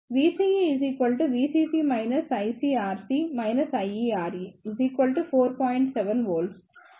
VCEVCC ICRC IERE 4